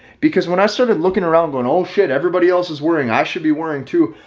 because when i started looking around going oh shit, everybody else is worrying i should be worrying too.